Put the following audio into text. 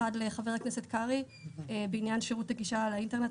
מענה אחד לחבר הכנסת קרעי בעניין שירות הגישה לאינטרנט.